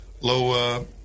low